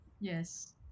Yes